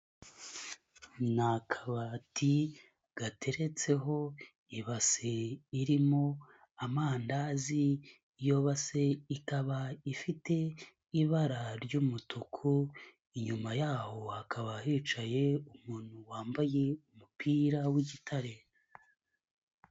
Ni akabati gateretseho ibase irimo amandazi iyo base ikaba ifite ibara ry'umutuku, inyuma yaho hakaba hicaye umuntu wambaye umupira w'igitare.